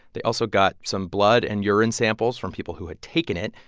they also got some blood and urine samples from people who had taken it.